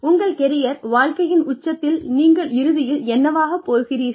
உங்கள் கெரியர் வாழ்க்கையின் உச்சத்தில் நீங்கள் இறுதியில் என்னவாக போகிறீர்கள்